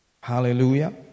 Hallelujah